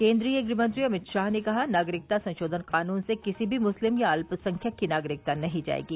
केन्द्रीय गृह मंत्री अमित शाह ने कहा नागरिकता संशोधन कानून से किसी भी मुस्लिम या अल्पसंख्यक की नागरिकता नहीं जायेगी